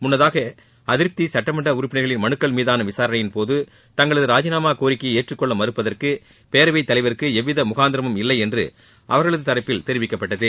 முன்னதாக அதிருப்தி சட்டமன்ற உறுப்பினர்களின் மனுக்கள் மீதான விசாரணையின்போது தங்களது ராஜினாமா கோரிக்கையை ஏற்றக் கொள்ள மறப்பதற்கு பேரவைத் தலைவருக்கு எவ்வித முனந்திரமும் இல்லை என்று அவர்களது தரப்பில் தெரிவிக்கப்பட்டது